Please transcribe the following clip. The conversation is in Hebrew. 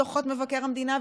דוחות מבקר המדינה,